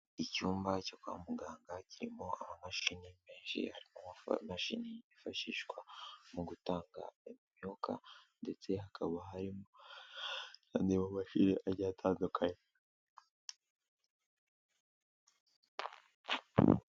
Icyumba cyo kwa muganga kirimo amamashini menshi. Harimo amamashini yifashishwa mu gutanga imyuka ndetse hakaba harimo n'amamashini agiye atandukanye.